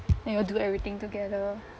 and you all do everything together